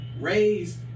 raised